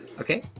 okay